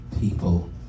people